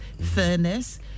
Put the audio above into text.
fairness